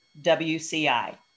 WCI